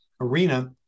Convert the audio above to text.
arena